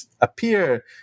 appear